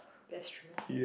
that's true